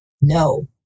No